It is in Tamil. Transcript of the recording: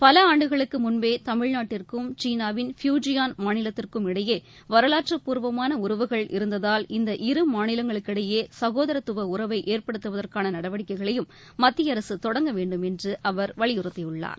பல ஆண்டுகளுக்கு முன்பே தமிழ்நாட்டிற்கும் கீனாவின் ஃபியுஜியான் மாநிலத்திற்கும் இடையே வரலாற்றுப்பூர்வமான உறவுகள் இருந்ததால் இந்த இரு மாநிலங்களுக்கிடையே சகோதாரத்துவ உறவை ஏற்படுத்துவதற்கான நடவடிக்கைகளையும் மத்திய வலியுறுத்தியுள்ளார்